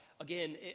again